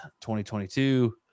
2022